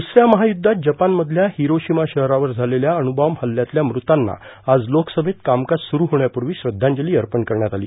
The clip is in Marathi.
दुसऱ्या महायुद्धात जपानमधत्या हिरोशिमा शहरावर झालेल्या अणुबॉम्ब हत्त्यातल्या मृतांना आज लोकसभेत कामकाज सुरु होण्यापूर्वी श्रद्धाजली अर्पण करण्यात आली